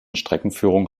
streckenführung